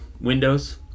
windows